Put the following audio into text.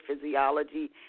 physiology